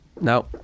no